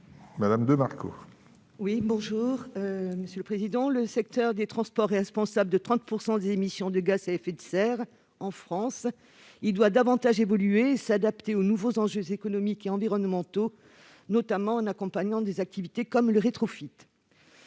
: La parole est à Mme Monique de Marco. Le secteur des transports est responsable de 30 % des émissions de gaz à effet de serre en France. Il doit davantage évoluer et s'adapter aux nouveaux enjeux économiques et environnementaux, notamment en accompagnant des activités comme le rétrofit,